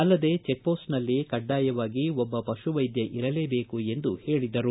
ಅಲ್ಲದೆ ಚೆಕ್ ಪೋಸ್ಟ್ನಲ್ಲಿ ಕಡ್ಡಾಯವಾಗಿ ಒಬ್ಬ ಪಶುವೈದ್ದ ಇರಲೇಬೇಕು ಎಂದು ಹೇಳದರು